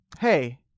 hey